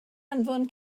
anfon